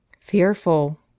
Fearful